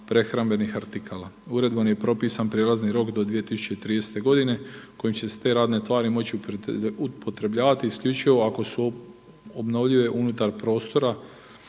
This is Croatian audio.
prehrambenih artikala. Uredbom je propisan prijelazni rok do 2030. godine kojim će se te radne tvari moći upotrebljavati isključivo ako su obnovljive unutar prostora